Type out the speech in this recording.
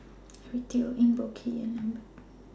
Eric Teo Eng Boh Kee and Lambert